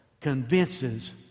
convinces